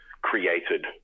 created